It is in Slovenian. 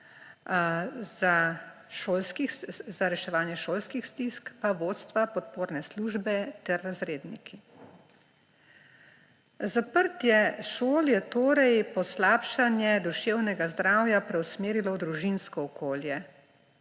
za reševanje šolskih stisk pa vodstva, podporne službe ter razredniki. Zaprtje šol je torej poslabšanje duševnega zdravja preusmerilo v družinsko okolje.